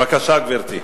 בבקשה, גברתי.